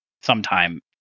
sometime